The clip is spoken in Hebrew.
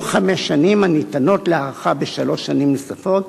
או חמש שנים הניתנות להארכה בשלוש שנים נוספות,